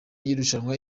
y’irushanwa